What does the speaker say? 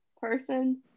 person